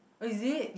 is it